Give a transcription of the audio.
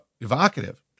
evocative